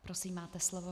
Prosím, máte slovo.